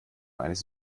eines